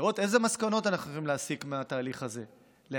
לראות איזה מסקנות אנחנו יכולים להסיק מהתהליך הזה להבא,